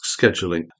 scheduling